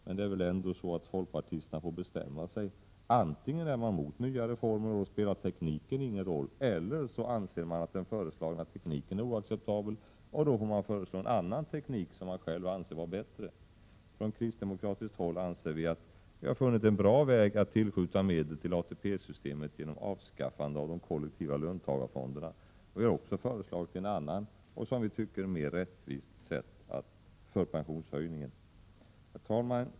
Men det är väl ändå så att folkpartisterna får bestämma sig. Antingen är man mot nya reformer och då spelar tekniken ingen roll. Eller så anser man att den föreslagna tekniken är oacceptabel och då får man föreslå en annan teknik som man själv anser vara bättre. Från kristdemokratiskt håll anser vi att vi har funnit en bra väg att tillskjuta medel till ATP-systemet genom avskaffande av de kollektiva löntagarfonderna, och vi har också föreslagit ett annat, och som vi tycker, mer rättvist sätt för pensionshöjningen. Herr talman!